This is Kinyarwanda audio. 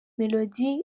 melody